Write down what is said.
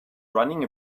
running